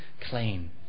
clean